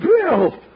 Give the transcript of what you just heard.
Bill